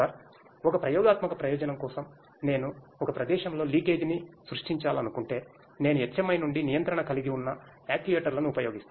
sir ఒక ప్రయోగాత్మక ప్రయోజనం కోసం నేను ఒక ప్రదేశంలో లీకేజీని సృష్టించాలనుకుంటే నేను HMI నుండి నియంత్రణ కలిగి ఉన్న యాక్యుయేటర్లను ఉపయోగిస్తాను